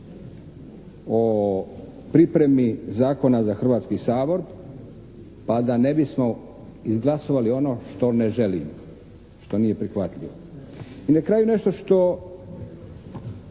o pripremi zakona za Hrvatski sabor, pa da ne bismo izglasovali ono što ne želimo, što nije prihvatljivo. I na kraju nešto što